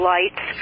Lights